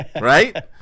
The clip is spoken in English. right